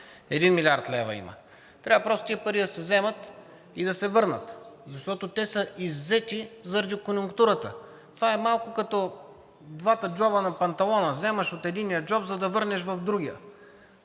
1 млрд. лв. има. Трябва просто тези пари да се вземат и да се върнат, защото те са иззети заради конюнктурата. Това е малко като двата джоба на панталона – вземаш от единия джоб, за да върнеш в другия.